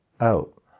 out